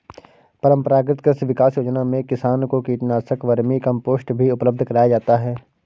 परम्परागत कृषि विकास योजना में किसान को कीटनाशक, वर्मीकम्पोस्ट भी उपलब्ध कराया जाता है